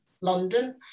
London